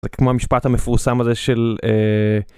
זה כמו המשפט המפורסם הזה של.